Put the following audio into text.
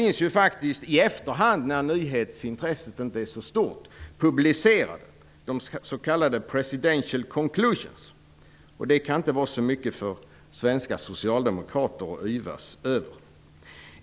Nu i efterhand, när nyhetsintresset inte är så stort, finns de faktiskt publicerade i de s.k. Presidential Conclusions. Detta kan inte vara så mycket för svenska socialdemokrater att yvas över.